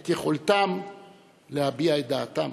את יכולתם להביע את דעתם,